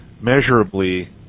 measurably